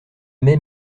mai